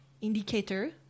indicator